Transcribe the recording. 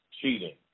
cheating